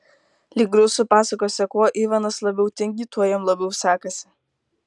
lyg rusų pasakose kuo ivanas labiau tingi tuo jam labiau sekasi